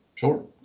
Sure